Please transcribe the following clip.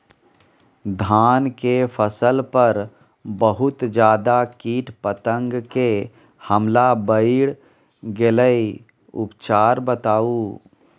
धान के फसल पर बहुत ज्यादा कीट पतंग के हमला बईढ़ गेलईय उपचार बताउ?